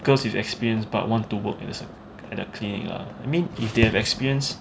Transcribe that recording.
girls with experience but wanted to work in at the clinic lah I mean if they have experience